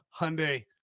Hyundai